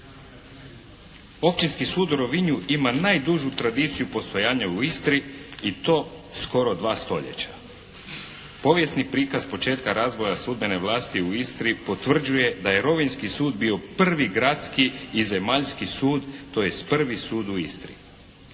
Općinski sud u Rovinju ima najdužu tradiciju postojanja u Istri i to skoro 2 stoljeća. Povijesni prikaz početka razvoja sudbene vlasti u Istri potvrđuje da je rovinjski sud bio prvi gradski i zemaljski sud, tj. prvi sud u Istri.